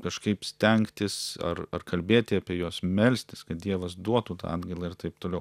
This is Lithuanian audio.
kažkaip stengtis ar ar kalbėti apie juos melstis kad dievas duotų tą atgailą ir taip toliau